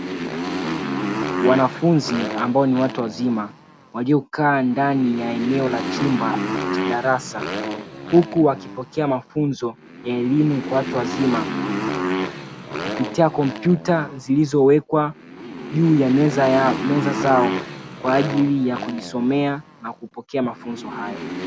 Wanafunzi ambao ni watu wazima waliokaa ndani ya eneo la chumba cha darasa huku wakipokea mafunzo ya elimu kwa watu wazima kupitia kompyuta zilizowekwa juu ya meza zao kwa ajili ya kujisomea na kupokea mafunzo hayo.